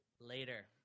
later